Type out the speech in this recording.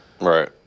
right